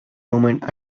movement